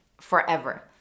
forever